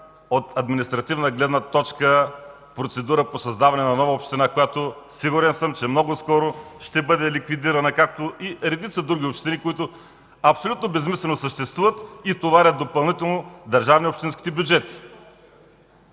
от административна гледна точка процедура по създаване на нова община, която, сигурен съм, че много скоро ще бъде ликвидирана, както и редица други общини, които абсолютно безсмислено съществуват и товарят допълнително държавните и общинските бюджети.